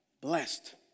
Blessed